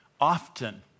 often